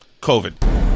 COVID